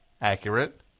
accurate